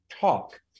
talk